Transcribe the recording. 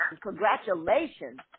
Congratulations